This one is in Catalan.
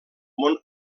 món